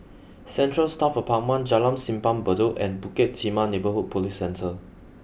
Central Staff Apartment Jalan Simpang Bedok and Bukit Timah Neighbourhood Police Centre